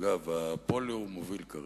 והפוליו מוביל כרגע.